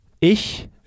Ich